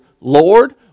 Lord